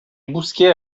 bousquet